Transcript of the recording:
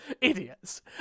idiots